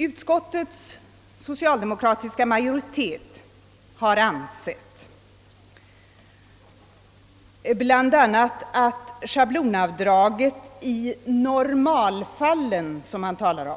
Utskottets socialdemokratiska majoritet har bl.a. ansett att schablonavdraget i normalfallen, som det heter,